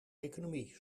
economie